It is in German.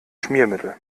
schmiermittel